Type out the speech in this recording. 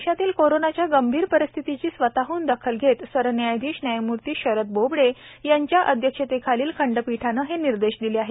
देशातील कोरोनाच्या गंभीर परिस्थितीची स्वतहन दखल घेत सर न्यायाधीश न्यायमूर्ती शरद बोबडे यांच्या अध्यक्षतेखालील खंडपीठाने हे निर्देश दिले आहेत